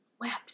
wept